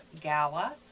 gala